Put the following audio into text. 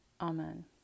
Amen